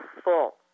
full